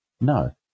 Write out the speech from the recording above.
No